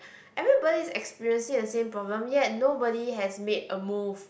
everybody is experiencing the same problem yet nobody has made a move